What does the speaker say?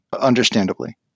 understandably